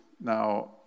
now